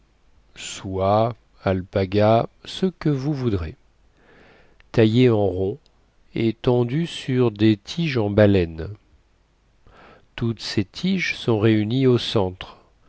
soie alpaga ce que vous voudrez taillée en rond et tendue sur des tiges en baleine toutes ces tiges sont réunies au centre